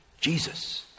Jesus